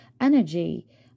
energy